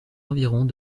environs